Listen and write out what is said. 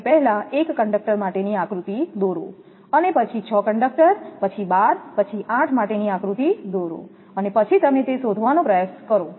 તમે પહેલા એક કંડક્ટર માટેની આકૃતિ દોરો અને પછી 6 કંડક્ટર પછી 12 પછી 8 માટેની આકૃતિ દોરો અને પછી તમે તે શોધવાનો પ્રયાસ કરો